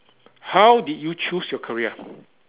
how did you choose your career